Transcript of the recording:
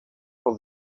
for